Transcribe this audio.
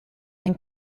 and